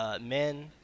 men